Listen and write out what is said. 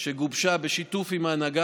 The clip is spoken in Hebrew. להנחיות לחג שגובשה בשיתוף עם ההנהגה